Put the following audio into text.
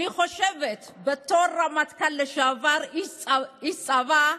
שאני חושבת שבתור רמטכ"ל לשעבר, איש צבא,